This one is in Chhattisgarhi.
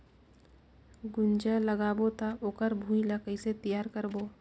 गुनजा लगाबो ता ओकर भुईं ला कइसे तियार करबो?